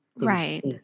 Right